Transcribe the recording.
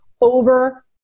over